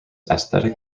aesthetic